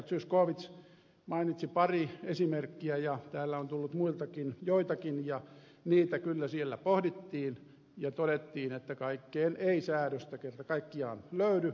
zyskowicz mainitsi pari esimerkkiä ja täällä on tullut muiltakin joitakin ja niitä kyllä siellä pohdittiin ja todettiin että kaikkeen ei säädöstä kerta kaikkiaan löydy